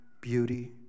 beauty